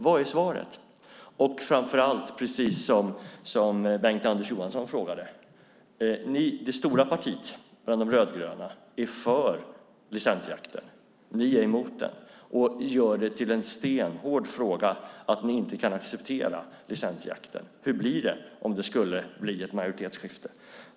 Vad är svaret? Precis som Bengt-Anders Johansson sade är det stora partiet bland de rödgröna för licensjakten. Ni är emot den och gör till en stenhård fråga att ni inte kan acceptera licensjakten. Hur blir det om det skulle bli ett majoritetsskifte?